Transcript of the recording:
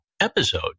episode